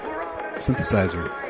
synthesizer